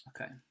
Okay